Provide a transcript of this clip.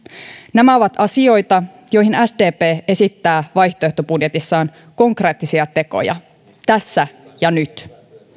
nämä ovat asioita joihin sdp esittää vaihtoehtobudjetissaan konkreettisia tekoja tässä ja nyt